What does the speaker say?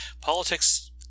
politics